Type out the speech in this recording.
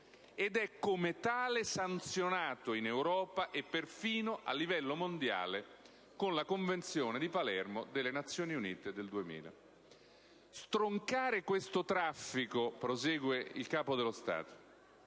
ed è come tale sanzionato in Europa e perfino a livello mondiale con la Convenzione di Palermo delle Nazioni Unite nel 2000. Stroncare questo traffico, prevenire nuove, continue